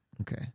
Okay